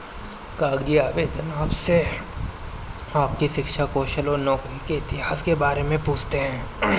कागजी आवेदन आपसे आपकी शिक्षा, कौशल और नौकरी के इतिहास के बारे में पूछते है